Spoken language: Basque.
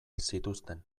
zituzten